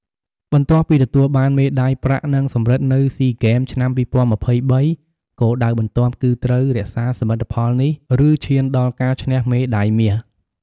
បន្ទាប់ពីទទួលបានមេដាយប្រាក់ និងសំរឹទ្ធនៅស៊ីហ្គេម ឆ្នាំ២០២៣ គោលដៅបន្ទាប់គឺត្រូវរក្សាសមិទ្ធផលនេះ ឬឈានដល់ការឈ្នះមេដាយមាស។